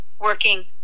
working